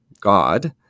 God